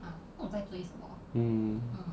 mm